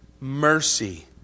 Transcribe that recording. Mercy